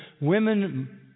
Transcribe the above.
women